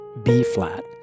B-flat